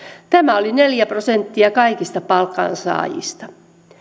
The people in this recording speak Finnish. tämä oli neljä prosenttia kaikista palkansaajista